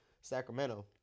Sacramento